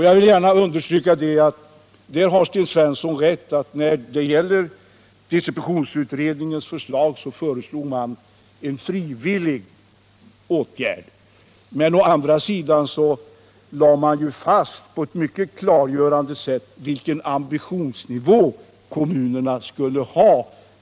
Sedan vill jag gärna understryka att Sten Svensson har rätt i att man inom distributionsutredningen föreslog en frivillig åtgärd i samband med planeringen, men man slog å andra sidan fast på ett mycket klargörande sätt vilken ambitionsnivå kommunerna här skulle ha.